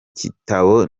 gitabo